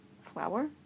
flour